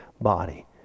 body